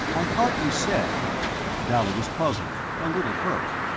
i thought you said dalla was puzzled, a little hurt.